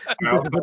no